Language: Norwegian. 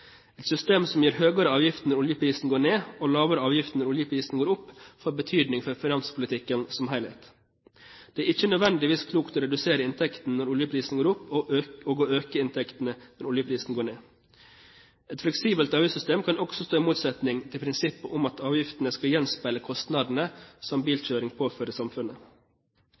Et system som gir høyere avgifter når oljeprisen går ned, og lavere avgifter når oljeprisen går opp, får betydning for finanspolitikken som helhet. Det er ikke nødvendigvis klokt å redusere inntektene når oljeprisen går opp, og å øke inntektene når oljeprisen går ned. Et fleksibelt avgiftssystem kan også stå i motsetning til prinsippet om at avgiftene skal gjenspeile kostnadene som bilkjøring påfører samfunnet.